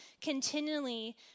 continually